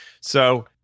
So-